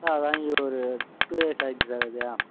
ஆ வாங்கி ஒரு two years ஆய்டுச்சு சார் அது